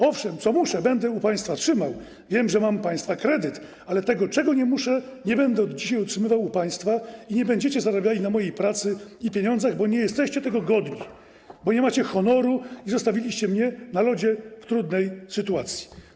Owszem, co muszę, będę u państwa trzymał, wiem, że mam u państwa kredyt, ale tego, czego nie muszę, nie będę od dzisiaj utrzymywał u państwa i nie będziecie zarabiali na mojej pracy i pieniądzach, bo nie jesteście tego godni, bo nie macie honoru i zostawiliście mnie na lodzie w trudnej sytuacji.